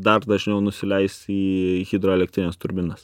dar dažniau nusileisti į hidroelektrinės turbinas